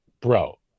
Bro